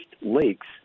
lakes